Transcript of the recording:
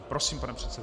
Prosím, pane předsedo.